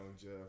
Jeff